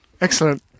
Excellent